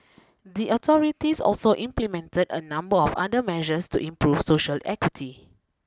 the authorities also implemented a number of other measures to improve social equity